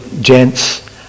gents